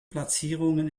platzierungen